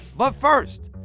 but first,